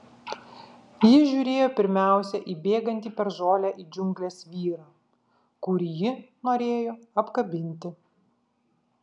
ji žiūrėjo pirmiausia į bėgantį per žolę į džiungles vyrą kurį ji norėjo apkabinti